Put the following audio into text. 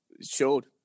showed